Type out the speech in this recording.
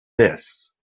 this